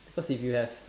cause if you have